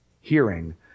Hearing